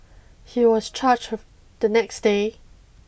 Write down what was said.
he was charged the next day